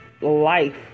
life